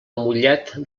mollet